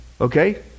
Okay